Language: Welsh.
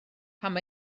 pam